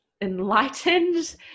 enlightened